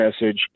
message